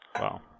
Wow